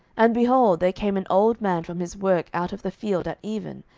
and, behold, there came an old man from his work out of the field at even,